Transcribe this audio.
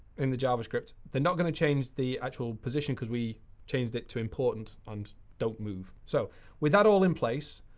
in the javascript, they're not going to change the actual position because we changed it to important and don't move. so with all in place,